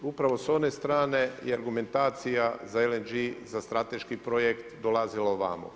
Upravo s one strane, je argumentacija za LNG za strateški projekt dolazilo ovamo.